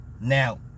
Now